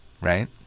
right